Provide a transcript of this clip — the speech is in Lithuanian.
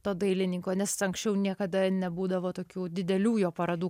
to dailininko nes anksčiau niekada nebūdavo tokių didelių jo parodų